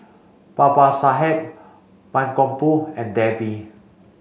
Babasaheb Mankombu and Devi